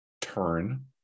turn